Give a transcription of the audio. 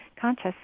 conscious